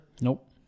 Nope